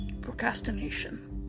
Procrastination